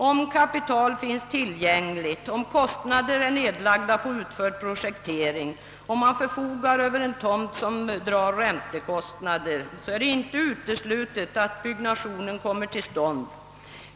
Om kapital finns tillgängligt, om kostnader är nedlagda på utförd pro Jektering, om man förfogar över en tomt som drar räntekostnader, är det inte uteslutet att byggnationen kommer till stånd.